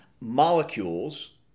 molecules